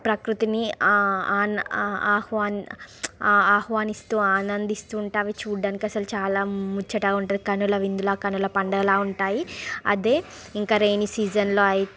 ప్రకృతిని ఆహ్వానిస్తూ ఆనందిస్తూ ఉంటే అవి చూడడానికి అసలు చాలా ముచ్చటగా ఉంటుంది కనులవిందులా కనులపండుగలాగా ఉంటాయి అదే ఇంకా రైనీ సీజన్లో అయితే